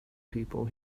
people